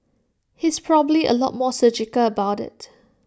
he's probably A lot more surgical about IT